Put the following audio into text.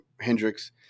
Hendrix